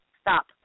Stop